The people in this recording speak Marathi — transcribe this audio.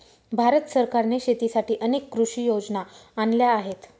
भारत सरकारने शेतीसाठी अनेक कृषी योजना आणल्या आहेत